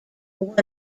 one